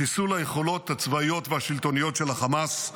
חיסול היכולות הצבאיות והשלטוניות של החמאס,